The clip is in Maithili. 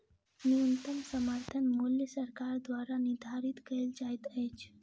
न्यूनतम समर्थन मूल्य सरकार द्वारा निधारित कयल जाइत अछि